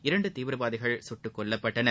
இரண்டு தீவிரவாதிகள் சுட்டுக் கொல்லப்பட்டனர்